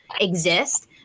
exist